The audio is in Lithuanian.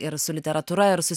ir su literatūra ir su